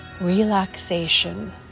relaxation